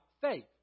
faith